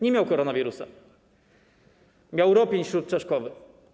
Nie miał koronawirusa, miał ropień śródczaszkowy.